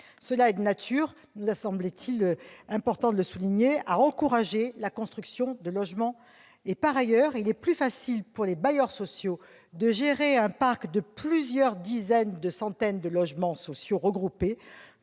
Cette disposition nous a semblé de nature à encourager la construction de logements. Par ailleurs, il est plus facile, pour les bailleurs sociaux, de gérer un parc de plusieurs dizaines ou centaines de logements sociaux regroupés